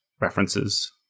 references